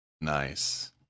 Nice